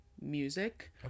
music